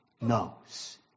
knows